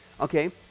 okay